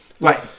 Right